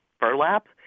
burlap